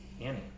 Annie